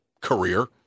career